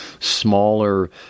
smaller